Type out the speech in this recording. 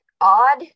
odd